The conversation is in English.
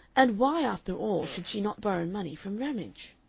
and why, after all, should she not borrow money from ramage?